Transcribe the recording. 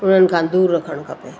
उन्हनि खां दूरि रखणु खपे